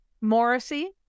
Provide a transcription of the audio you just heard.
Morrissey